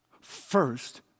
first